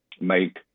make